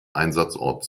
einsatzort